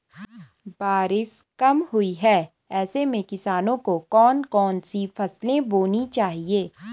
बारिश कम हुई है ऐसे में किसानों को कौन कौन सी फसलें बोनी चाहिए?